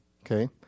okay